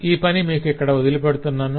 ఈ పని మీకు ఇక్కడ వదిలిపెడుతున్నాను